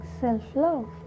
self-love